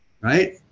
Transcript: Right